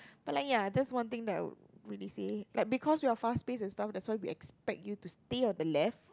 but like ya that's one thing that I would really say like because we're fast paced and stuff that's why we expect you to stay on the left